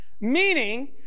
Meaning